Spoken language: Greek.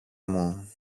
μου